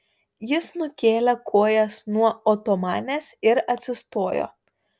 jis nukėlė kojas nuo otomanės ir atsistojo